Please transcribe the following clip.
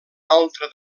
altra